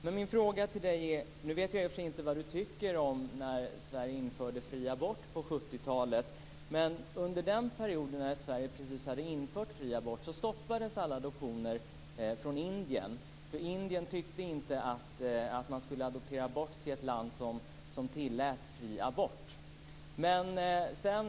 Jag vet inte vad Rigmor Stenmark tycker om införandet av fri abort i Sverige på 70-talet, men när Sverige precis hade infört fri abort stoppades alla adoptioner av indiska barn. Indien tyckte inte att man skulle adoptera bort till ett land som tillät fri abort.